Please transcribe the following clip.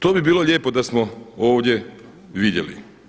To bi bilo lijepo da smo ovdje vidjeli.